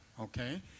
Okay